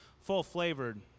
Full-flavored